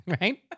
right